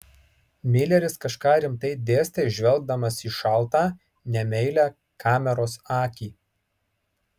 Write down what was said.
mileris kažką rimtai dėstė žvelgdamas į šaltą nemeilią kameros akį